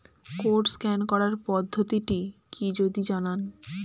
Code scan করার পদ্ধতিটি কি যদি জানান?